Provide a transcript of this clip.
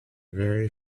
very